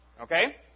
Okay